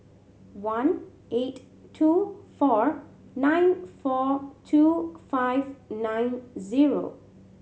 one eight two four nine four two five nine zero